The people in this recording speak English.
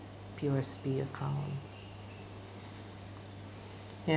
P_O_S_B account ya